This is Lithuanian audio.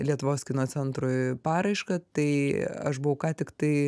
lietuvos kino centrui paraišką tai aš buvau ką tiktai